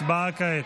הצבעה כעת.